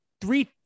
three